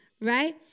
Right